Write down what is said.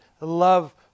love